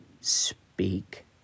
speak